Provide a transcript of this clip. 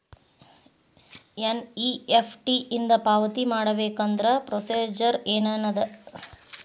NEFT ಇಂದ ಪಾವತಿ ಮಾಡಬೇಕಂದ್ರ ಪ್ರೊಸೇಜರ್ ಏನದ